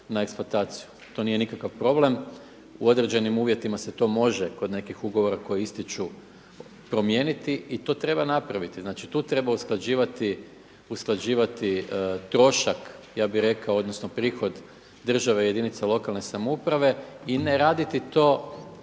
na eksploataciju. To nije nikakav problem. U određenim uvjetima se to može kod nekih ugovora koji ističu promijeniti i to treba napraviti. Znači tu treba usklađivati trošak, ja bih rekao prihod države jedinica lokalne samouprave i ne raditi to